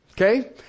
Okay